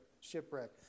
shipwreck